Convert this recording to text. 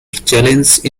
challenge